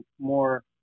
more